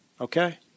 okay